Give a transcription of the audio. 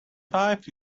wife